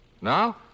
Now